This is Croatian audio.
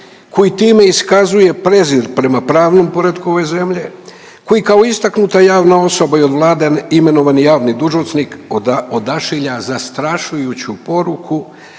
koji time iskazuje prezir prema pravnom poretku ove zemlje, koji kao istaknuta javna osoba i od Vlade imenovan javni dužnosnik, odašilja zastrašujuću poruku